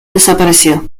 desapareció